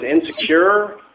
insecure